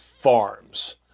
farms